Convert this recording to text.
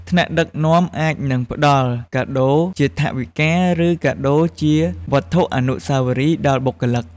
ថ្នាក់ដឹកនាំអាចនឹងផ្តល់ កាដូរជាថវិកា ឬ កាដូរជាវត្ថុអនុស្សាវរីយ៍ ដល់បុគ្គលិក។